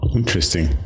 Interesting